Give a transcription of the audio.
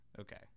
Okay